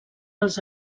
els